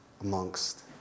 amongst